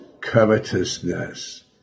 covetousness